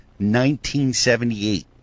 1978